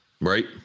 Right